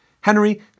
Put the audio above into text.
Henry